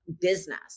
business